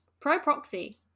pro-proxy